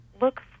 look